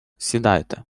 сідайте